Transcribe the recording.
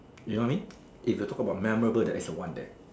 you know what I mean if you talk about memorable that is the one there